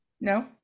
no